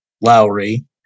Lowry